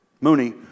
Mooney